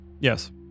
Yes